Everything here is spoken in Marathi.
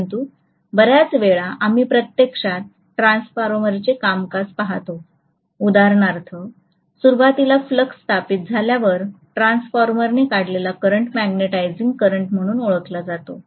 परंतु बऱ्याच वेळा आम्ही प्रत्यक्षात ट्रान्सफॉर्मरचे कामकाज पाहतो उदाहरणार्थ सुरुवातीला फ्लक्स स्थापित झाल्यावर ट्रान्सफॉर्मरने काढलेला करंट मॅग्नेटिझिंग करंट म्हणून ओळखला जातो